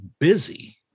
busy